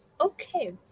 okay